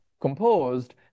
composed